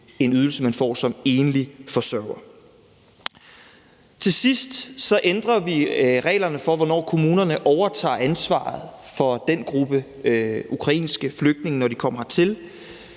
den ydelse, man får som enlig forsørger. Til sidst ændrer vi reglerne for, hvornår kommunerne overtager ansvaret for den gruppe af ukrainske flygtninge, når de kommer hertil.